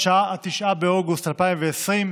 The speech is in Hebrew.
9 באוגוסט 2020,